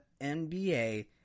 NBA